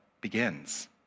begins